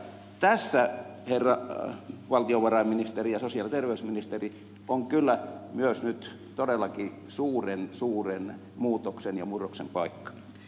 tässä herra valtiovarainministeri ja sosiaali ja terveysministeri on kyllä myös nyt todellakin suuren suuren muutoksen ja murroksen paikka